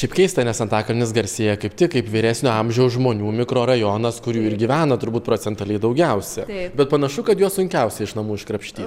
šiaip keista nes antakalnis garsėja kaip tik kaip vyresnio amžiaus žmonių mikrorajonas kur jų ir gyvena turbūt procentaliai daugiausia bet panašu kad jo sunkiausia iš namų iškrapštyt